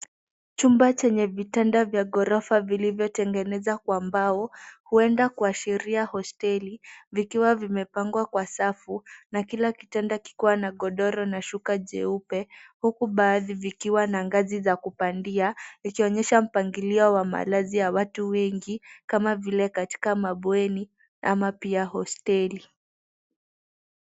Chumba chenye vitanda vya ghorofa vilivyotengenezwa kwa mbao huenda kuashiria hosteli, vikiwa vimepangwa kwa safu, na kila kitanda kikiwa na godoro na shuka jeupe, huku baadhi vikiwa na ngazi za kupandia, ikionyesha mpangilio wa malazi ya watu wengi, kama vile katika mabweni ama pia hosteli.